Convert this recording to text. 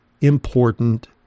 important